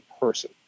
person